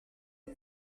est